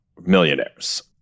millionaires